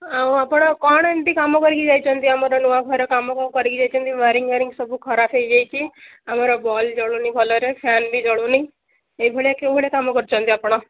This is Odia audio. ଆଉ ଆପଣ କ'ଣ ଏମିତି କାମ କରିକି ଯାଇଛନ୍ତି ଆମର ନୂଆ ଘର କାମ କ'ଣ କରିକି ଯାଇଛନ୍ତି ୱାରିଙ୍ଗ୍ ବାରିଙ୍ଗ୍ ସବୁ ଖରାପ ହେଇଯାଇଛି ଆମର ବଲବ୍ ଜଳୁନି ଭଲରେ ଫ୍ୟାନ୍ ବି ଜଳୁନି ଏହିିଭଳିଆ କେଉଁଭଳିଆ କାମ କରିଛନ୍ତି ଆପଣ